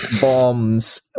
bombs